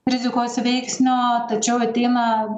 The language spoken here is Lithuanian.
rizikos veiksnio tačiau ateina